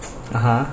(uh huh)